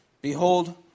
behold